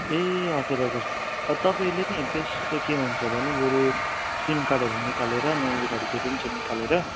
ए हजुर हजुर तपाईँले नि बेस्ट चाहिँ के हुन्छ भने बरू सिम कार्डहरू निकालेर मेमोरी कार्ड जति पनि छ निकालेर